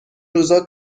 روزا